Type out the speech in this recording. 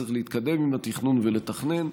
צריך להתקדם עם התכנון ולתכנן,